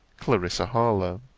clarissa harlowe.